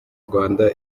rwanda